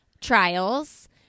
trials